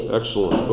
Excellent